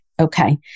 okay